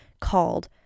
called